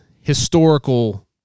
historical